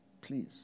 please